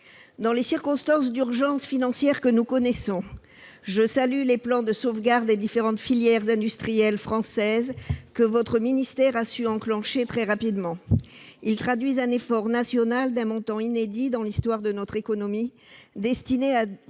Dans les circonstances d'urgence financière que nous connaissons, je salue les plans de sauvegarde des différentes filières industrielles françaises que votre ministère a su mettre en oeuvre très rapidement. Ils traduisent un effort national d'un montant inédit dans l'histoire de notre économie, destiné à